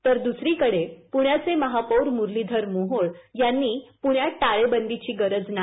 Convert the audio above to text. तर दुसरीकडे पुण्याचे महापौर मुरलीधर मोहोळ यांनी पुण्यात टाळेबंदीची गरज नाही